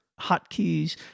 hotkeys